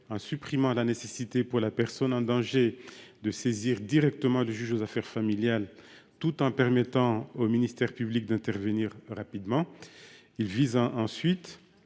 en supprimant la nécessité pour la personne en danger de saisir directement le juge aux affaires familiales, tout en permettant au ministère public d’intervenir rapidement. Il tend, ensuite,